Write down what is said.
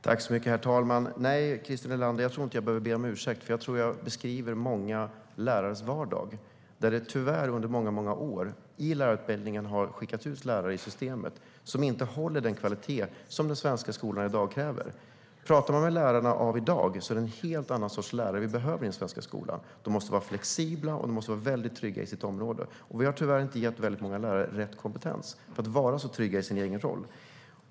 Herr talman! Nej, jag tror inte att jag behöver be om ursäkt, Christer Nylander, för jag tror att jag beskriver många lärares vardag. Tyvärr har det under många år skickats ut lärare från lärarutbildningen och in i systemet som inte håller den kvalitet den svenska skolan i dag kräver. Pratar man med lärarna av i dag ser man att det är en helt annan sorts lärare vi behöver i den svenska skolan. De måste vara flexibla och väldigt trygga inom sitt område. Vi har tyvärr inte gett många lärare rätt kompetens att vara så trygga i sin roll.